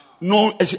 No